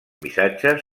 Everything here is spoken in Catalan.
missatges